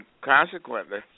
consequently